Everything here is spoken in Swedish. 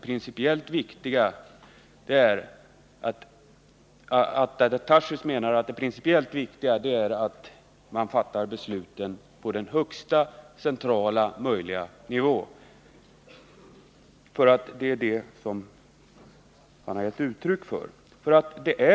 Daniel Tarschys menar att det principiellt viktiga är att man fattar besluten på den högsta möjliga centrala nivån. Det är vad han har gett uttryck för.